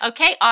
Okay